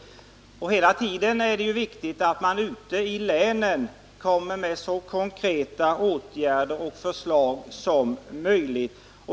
Hela tiden är det viktigt att man ute i länen kommer med så konkreta åtgärdsförslag som möjligt.